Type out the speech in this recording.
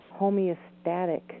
homeostatic